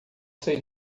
sei